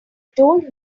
told